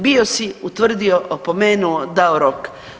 Bio si, utvrdio, opomenuo, dao rok.